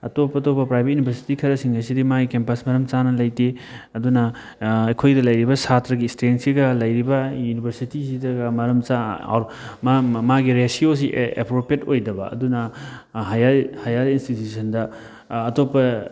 ꯑꯇꯣꯞ ꯑꯇꯣꯞꯄ private university ꯈꯔ ꯁꯤꯡ ꯑꯁꯤꯗꯤ ꯃꯥꯒꯤ ꯀꯦꯝꯄꯁ ꯃꯔꯝ ꯆꯥꯅ ꯂꯩꯇꯦ ꯑꯗꯨꯅ ꯑꯩꯈꯣꯏꯗ ꯂꯩꯔꯤꯕ ꯁꯥꯇ꯭ꯔꯒꯤ ꯁ꯭ꯇꯔꯦꯡꯁꯤꯒ ꯂꯩꯔꯤꯕ ꯌꯨꯅꯤꯕꯔꯁꯤꯇꯤꯁꯤꯗꯒ ꯃꯔꯝ ꯃꯥꯒꯤ ꯔꯦꯁꯤꯌꯣꯁꯤ ꯑꯦꯄ꯭ꯔꯣꯄꯦꯠ ꯑꯣꯏꯗꯕ ꯑꯗꯨꯅ ꯍꯥꯌꯔ ꯍꯥꯌꯔ ꯏꯟꯇꯤꯇ꯭ꯌꯨꯁꯟꯗ ꯑꯇꯣꯞꯄ